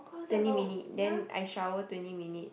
twenty minute then I shower twenty minute